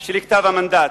של כתב המנדט.